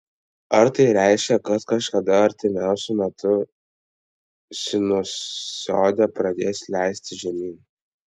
ar tai reiškia kad kažkada artimiausiu metu sinusoidė pradės leistis žemyn